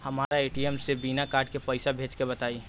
हमरा ए.टी.एम से बिना कार्ड के पईसा भेजे के बताई?